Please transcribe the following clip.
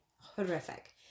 horrific